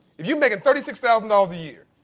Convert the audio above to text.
if you making thirty six thousand dollars a year,